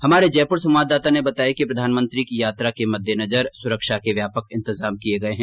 हमारे जयपुर संवाददाता ने बताया है कि प्रधानमंत्री की यात्रा के मददेनजर सुरक्षा के व्यापक इन्तजाम किये गये हैं